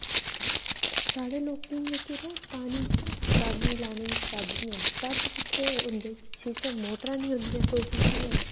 साढ़े लोकें तां जेह्का पानी बाड़ियें ई लानें गी चज्ज निं औंदी चज्ज केह् उत्थें सिस्टम मोटरां कोई किश निं होंदा